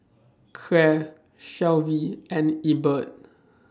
Claire Shelvie and Ebert